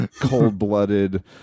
cold-blooded